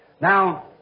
Now